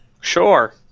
Sure